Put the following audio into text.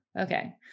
okay